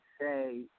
say